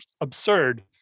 absurd